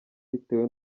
bitewe